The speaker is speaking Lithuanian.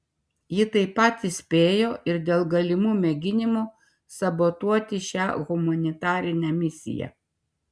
ji taip pat įspėjo ir dėl galimų mėginimų sabotuoti šią humanitarinę misiją